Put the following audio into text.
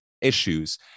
issues